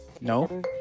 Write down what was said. No